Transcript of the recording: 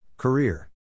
Career